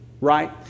right